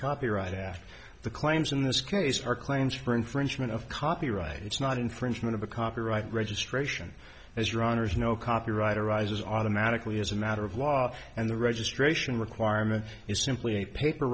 copyright after the claims in this case are claims for infringement of copyright it's not infringement of a copyright registration as your honour's no copyright arises automatically as a matter of law and the registration requirement is simply a paper